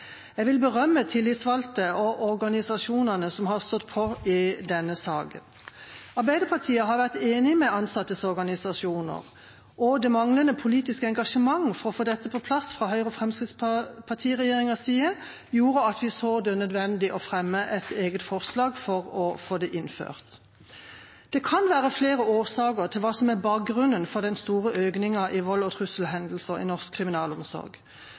Jeg vil berømme de tillitsvalgte og organisasjonene som har stått på i denne saken. Arbeiderpartiet har vært enig med de ansattes organisasjoner, og det manglende politiske engasjementet for å få dette på plass fra Høyre–Fremskrittsparti-regjeringas side gjorde at vi så det som nødvendig å fremme et eget forslag for å få det innført. Det kan være flere årsaker til hva som er bakgrunnen for den store økningen i vold- og trusselhendelser i norsk kriminalomsorg.